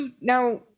now